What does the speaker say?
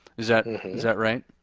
is that and is that right?